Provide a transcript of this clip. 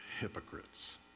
hypocrites